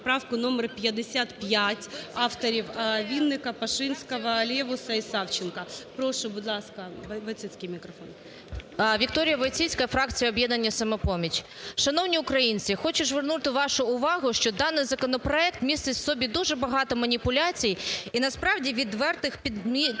Вікторія Войціцька, фракція "Об'єднання "Самопоміч". Шановні українці, хочу звернути вашу увагу, що даний законопроект містить в собі дуже багато маніпуляцій і насправді відвертих понять.